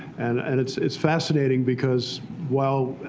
and and it's it's fascinating. because while,